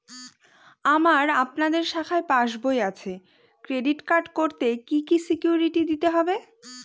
আমার আপনাদের শাখায় পাসবই আছে ক্রেডিট কার্ড করতে কি কি সিকিউরিটি দিতে হবে?